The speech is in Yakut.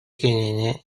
кинини